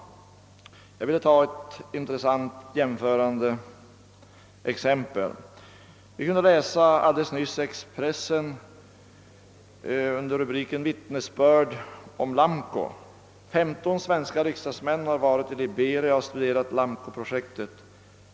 Jag vill ta ett par intressanta fall som jämförelse. Vi kunde nyligen i tidningen Expressen under rubriken »Vittnesbörd om Lamco» läsa följande: »15 svenska riksdagsmän har varit i Liberia och studerat Lamcoprojektet.